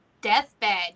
deathbed